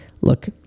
Look